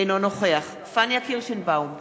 אינו נוכח פניה קירשנבאום,